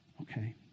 Okay